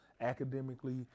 academically